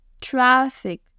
traffic